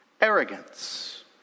arrogance